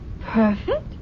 Perfect